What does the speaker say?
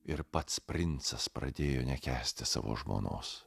ir pats princas pradėjo nekęsti savo žmonos